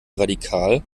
radikal